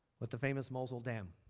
with the famous mosul dam.